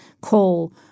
coal